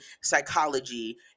psychology